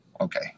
okay